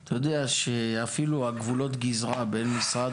אתה יודע שאפילו גבולות הגזרה בין משרד